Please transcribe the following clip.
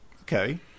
okay